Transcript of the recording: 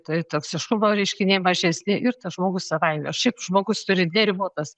tai toksiškumo reiškiniai mažesni ir tas žmogus savaime šiaip žmogus turi neribotas